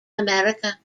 america